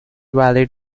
valid